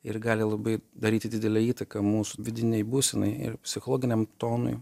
ir gali labai daryti didelę įtaką mūsų vidinei būsenai ir psichologiniam tonui